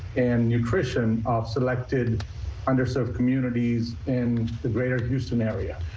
and nutrition of selected underserved communities in the greater houston area.